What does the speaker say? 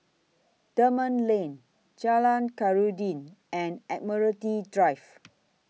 Dunman Lane Jalan Khairuddin and Admiralty Drive